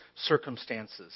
circumstances